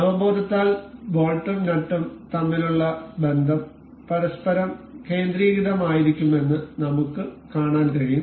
അവബോധത്താൽ ബോൾട്ടും നട്ടും തമ്മിലുള്ള ബന്ധം പരസ്പരം കേന്ദ്രീകൃതമായിരിക്കുമെന്ന് നമുക്ക് കാണാൻ കഴിയും